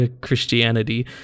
Christianity